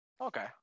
okay